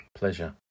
Pleasure